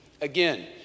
Again